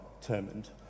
determined